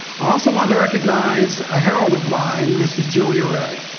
also want to recognize a heroine of mine mrs. julia ray,